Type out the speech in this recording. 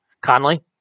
Conley